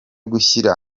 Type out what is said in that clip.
gushyira